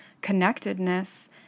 connectedness